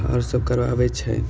आओर सब करबाबै छै